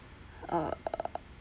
err